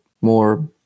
more